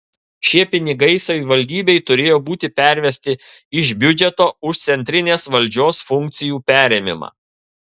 šie pinigai savivaldybei turėjo būti pervesti iš biudžeto už centrinės valdžios funkcijų perėmimą